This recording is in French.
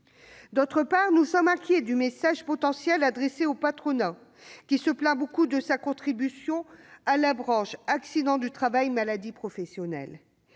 outre, nous nous inquiétons du message potentiellement adressé au patronat, qui se plaint beaucoup de sa contribution à la branche accidents du travail-maladies professionnelles.